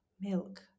milk